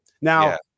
now